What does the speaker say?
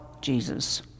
Jesus